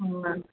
हाँ